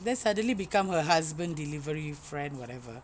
then suddenly become her husband delivery friend whatever